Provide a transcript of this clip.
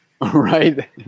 Right